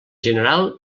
general